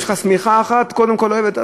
יש לך שמיכה אחת, קודם כול לעבד.